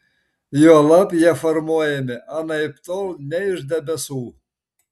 juolab jie formuojami anaiptol ne iš debesų